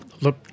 look